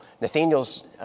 Nathaniel's